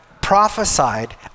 prophesied